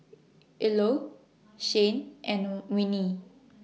Ilo Shane and Winnie